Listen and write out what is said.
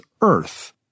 earth